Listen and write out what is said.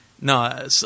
no